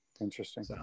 Interesting